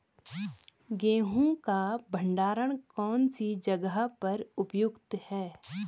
गेहूँ का भंडारण कौन सी जगह पर उपयुक्त है?